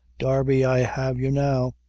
darby, i have you now.